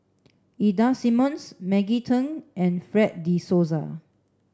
Ida Simmons Maggie Teng and Fred de Souza